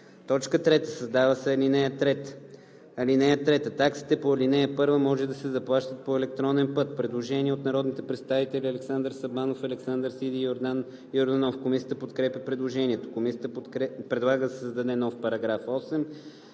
3. Създава се ал. 3: „(3) Таксите по ал. 1 може да се заплащат по електронен път.“ Предложение на народните представители Александър Сабанов, Александър Сиди и Йордан Йорданов. Комисията подкрепя предложението. Комисията предлага да се създаде нов § 8: „§ 8.